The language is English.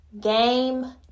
Game